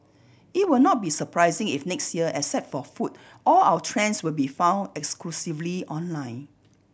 it will not be surprising if next year except for food all our trends will be found exclusively online